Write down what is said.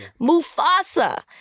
Mufasa